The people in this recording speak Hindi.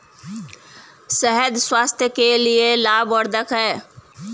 शहद स्वास्थ्य के लिए लाभवर्धक है